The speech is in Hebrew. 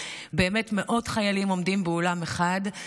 כל עיתון שנפתח,